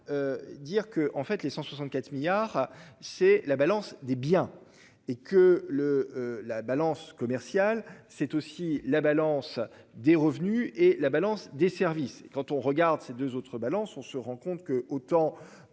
Dire que en fait les 164 milliards, c'est la balance des biens et que le, la balance commerciale, c'est aussi la balance des revenus et la balance des services quand on regarde ces deux autres balance on se rend compte que autant.